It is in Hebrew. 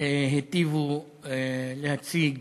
היטיבו להציג